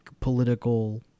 political